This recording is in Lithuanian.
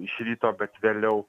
iš ryto bet vėliau